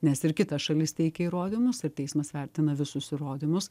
nes ir kita šalis teikia įrodymus ir teismas vertina visus įrodymus